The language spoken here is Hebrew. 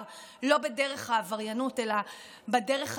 בדרך העבריינות אלא בדרך הנורמטיבית.